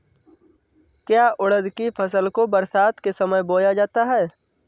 क्या उड़द की फसल को बरसात के समय बोया जाता है?